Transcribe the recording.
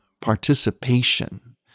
participation